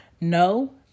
no